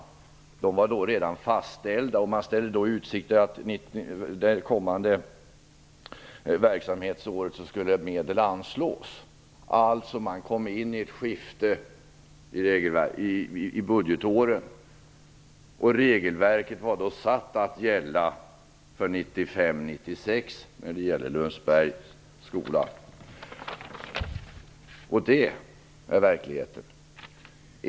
Dessa var då redan fastställda. Det ställdes då i utsikt att medel skulle anslås under det kommande verksamhetsåret. Skolan kom in i bilden i ett budgetårsskifte, och regelverket var då satt att gälla för 1995/96. Det är verkligheten.